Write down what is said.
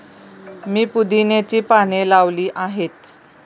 मी पुदिन्याची पाने लावली आहेत